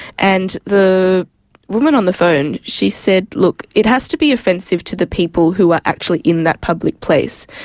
and the woman on the phone, she said, look, it has to be offensive to the people who are actually in that public place.